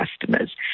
customers